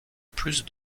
plus